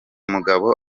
mugabo